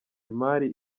imari